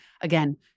again